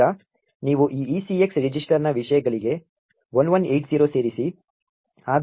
ಈಗ ನೀವು ಈ ECX ರಿಜಿಸ್ಟರ್ನ ವಿಷಯಗಳಿಗೆ 1180 ಸೇರಿಸಿ